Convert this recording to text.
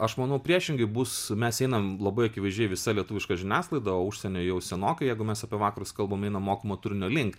aš manau priešingai bus mes einam labai akivaizdžiai visa lietuviška žiniasklaida užsienio jau senokai jeigu mes apie vakarus kalbam eina mokamo turinio link